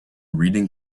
reading